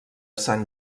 sant